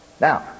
Now